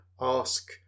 ask